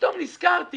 פתאום נזכרתי